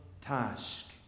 task